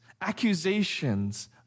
accusations